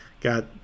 got